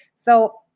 so,